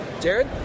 Jared